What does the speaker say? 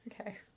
okay